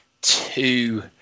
two